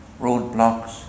roadblocks